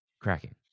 cracking